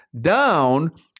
down